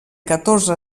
catorze